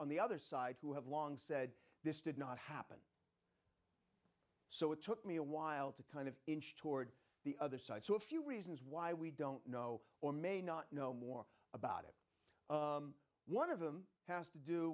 on the other side who have long said this did not happen so it took me a while to kind of inch toward the other side so a few reasons why we don't know or may not know more about it one of them has to do